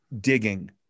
digging